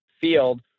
field